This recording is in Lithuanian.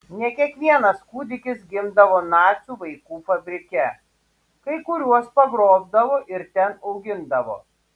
ne kiekvienas kūdikis gimdavo nacių vaikų fabrike kai kuriuos pagrobdavo ir ten augindavo